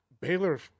Baylor